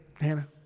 Hannah